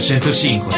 105